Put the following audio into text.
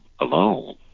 alone